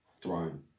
throne